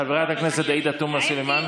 חברת הכנסת עאידה תומא סלימאן?